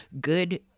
good